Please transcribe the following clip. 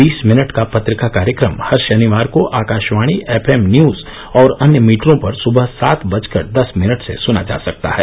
बीस मिनट का पत्रिका कार्यक्रम हर शनिवार को आकाशवाणी एफ एम न्यूज और अन्य मीटरों पर सुबह सात बजकर दस मिनट से सुना जा सकता है